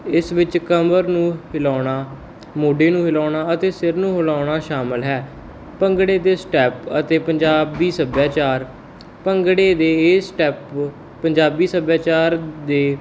ਇਸ ਵਿੱਚ ਕਮਰ ਨੂੰ ਹਿਲਾਉਣਾ ਮੋਢੇ ਨੂੰ ਹਿਲਾਉਣਾ ਅਤੇ ਸਿਰ ਨੂੰ ਹਿਲਾਉਣਾ ਸ਼ਾਮਿਲ ਹੈ ਭੰਗੜੇ ਦੇ ਸਟੈਪ ਅਤੇ ਪੰਜਾਬੀ ਸੱਭਿਆਚਾਰ ਭੰਗੜੇ ਦੇ ਸਟੈਪ ਪੰਜਾਬੀ ਸੱਭਿਆਚਾਰ ਦੇ